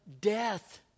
death